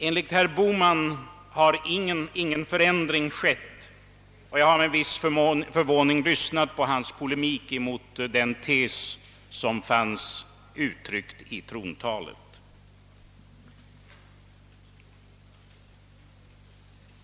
Enligt herr Bohman har ingen förändring skett; jag har med viss förvåning lyssnat på hans polemik mot den tes som fanns uttryckt i trontalet.